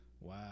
Wow